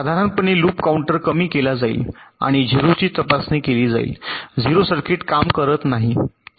साधारणपणे loop counter कमी केला जाईल आणि 0 ची तपासणी केली जाईल 0 सर्किट काम करत नाही